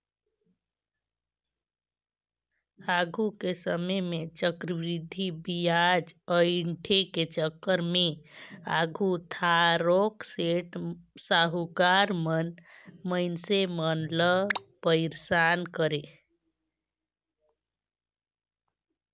आघु के समे में चक्रबृद्धि बियाज अंइठे के चक्कर में आघु थारोक सेठ, साहुकार मन मइनसे मन ल पइरसान करें